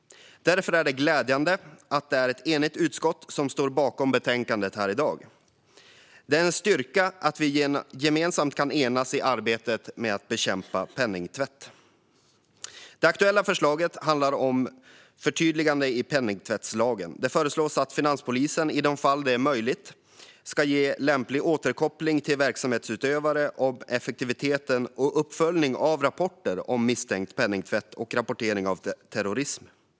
Därför är det glädjande att det är ett enigt utskott som står bakom betänkandet här i dag. Det är en styrka att vi gemensamt kan enas i arbetet med att bekämpa penningtvätt. Det aktuella förslaget handlar om ett förtydligande i penningtvättslagen. Det föreslås att finanspolisen i de fall det är möjligt ska ge lämplig återkoppling till verksamhetsutövare om effektiviteten och uppföljningen av rapporter om misstänkt penningtvätt och finansiering av terrorism.